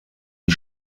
die